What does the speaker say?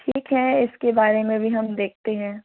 ठीक है इसके बारे में भी हम देखते हैं